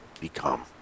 become